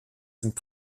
sind